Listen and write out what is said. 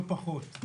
לא פחות.